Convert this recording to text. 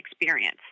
experience